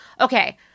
Okay